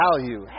value